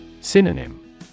Synonym